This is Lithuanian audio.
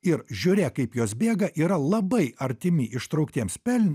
ir žiūrėk kaip jos bėga yra labai artimi ištrauktiems pel